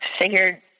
figured